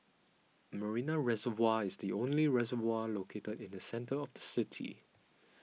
Marina Reservoir is the only reservoir located in the centre of the city